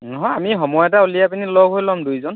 নহয় আমি সময় এটা উলিয়াই পিনি লগ হৈ ল'ম দুইজন